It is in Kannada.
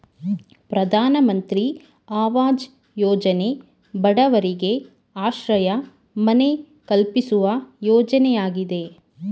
ಪ್ರಧಾನಮಂತ್ರಿ ಅವಾಜ್ ಯೋಜನೆ ಬಡವರಿಗೆ ಆಶ್ರಯ ಮನೆ ಕಲ್ಪಿಸುವ ಯೋಜನೆಯಾಗಿದೆ